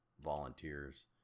volunteers